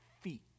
feet